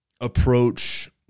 approach